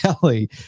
Kelly